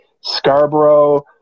Scarborough